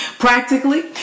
Practically